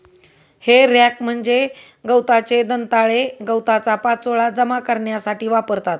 हे रॅक म्हणजे गवताचे दंताळे गवताचा पाचोळा जमा करण्यासाठी वापरतात